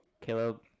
Caleb